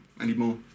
anymore